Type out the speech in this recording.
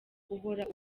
uhora